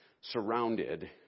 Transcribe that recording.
surrounded